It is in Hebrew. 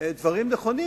דברים נכונים.